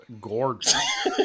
gorgeous